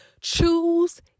Choose